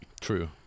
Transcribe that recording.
true